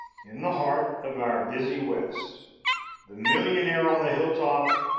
in the heart of our busy west the millionaire on the hill-top,